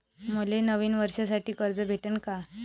मले नवीन वर्षासाठी कर्ज भेटन का?